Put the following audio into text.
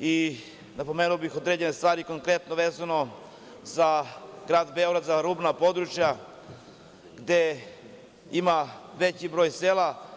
i napomenuo bih određene stvari, konkretno vezano za Grad Beograd, za rubna područja gde ima veći broj sela.